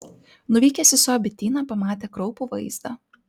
nuvykęs į savo bityną pamatė kraupų vaizdą